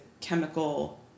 chemical